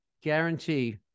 guarantee